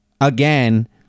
Again